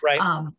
Right